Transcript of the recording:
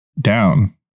Down